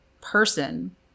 person